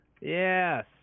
Yes